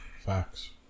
facts